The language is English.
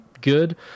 good